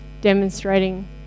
demonstrating